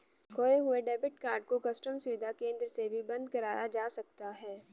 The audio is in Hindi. खोये हुए डेबिट कार्ड को कस्टम सुविधा केंद्र से भी बंद कराया जा सकता है